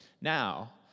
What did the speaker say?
Now